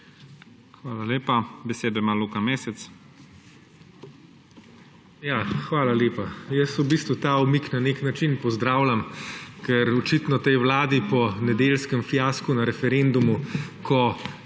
Hvala lepa. Besedo ima Luka Mesec.